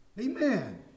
amen